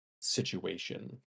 situation